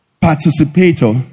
participator